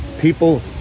People